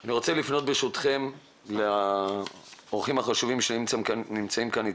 אני רוצה לפנות ברשותכם לאורחים החשובים שנמצאים כאן איתנו.